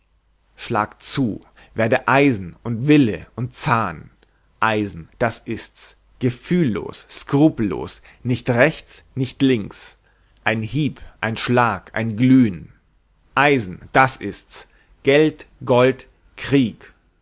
schlag zu werde eisen und wille und zahn eisen das ist's gefühllos skrupellos nicht rechts nicht links ein hieb ein schlag ein glühen eisen das ist's geld gold krieg